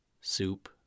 Soup